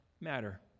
matter